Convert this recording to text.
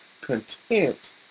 content